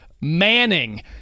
Manning